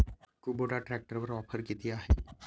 Kubota ट्रॅक्टरवर offer किती आहे?